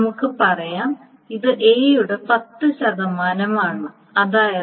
നമുക്ക് പറയാം ഇത് എ യുടെ 10 ശതമാനമാണ് അതായത്